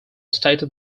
stated